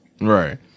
Right